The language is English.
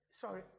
Sorry